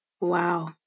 wow